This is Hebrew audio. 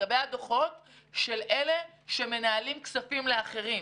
לגבי הדוחות של אלה שמנהלים כספים לאחרים.